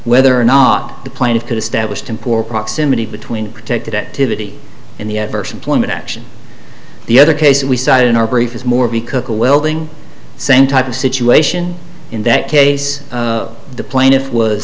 whether or not the plaintiff could establish him poor proximity between protected activity in the adverse employment action the other case we cited in our brief is more b cook a welding same type of situation in that case the plaintiff was